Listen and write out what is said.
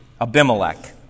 Abimelech